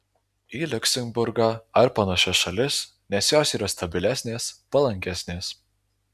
į liuksemburgą ar panašias šalis nes jos yra stabilesnės palankesnės